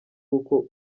uko